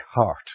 heart